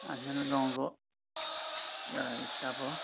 आठ माइल गाउँको एउटा स्टाफ हो